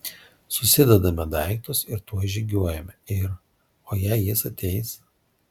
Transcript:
susidedame daiktus ir tuoj žygiuojame ir o jei jis ateis